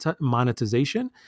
monetization